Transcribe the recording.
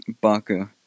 baka